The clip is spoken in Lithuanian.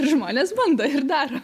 ir žmonės bando ir dar